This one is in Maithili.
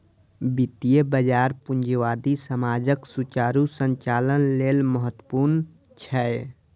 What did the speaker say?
वित्तीय बाजार पूंजीवादी समाजक सुचारू संचालन लेल महत्वपूर्ण छै